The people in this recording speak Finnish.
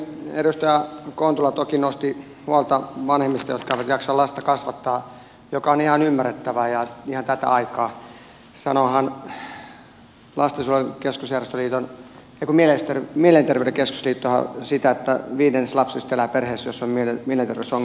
edustaja kontula toki nosti huolta vanhemmista jotka eivät jaksa lasta kasvattaa mikä on ihan ymmärrettävää ja ihan tätä aikaa sanoohan mielenterveyden keskusliitto että viidennes lapsista elää perheissä joissa on mielenterveysongelmia vanhemmilla